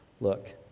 look